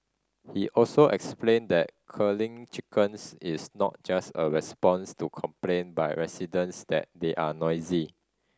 he also explained that culling chickens is not just a response to complaint by residents that they are noisy